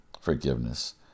forgiveness